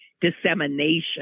dissemination